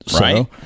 Right